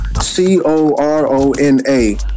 C-O-R-O-N-A